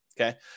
Okay